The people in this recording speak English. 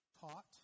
taught